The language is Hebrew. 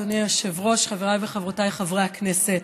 אדוני היושב-ראש, חבריי וחברותיי חברי הכנסת,